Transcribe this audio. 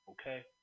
Okay